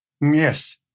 Yes